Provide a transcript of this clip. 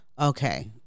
Okay